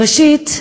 ראשית,